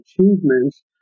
achievements